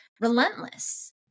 relentless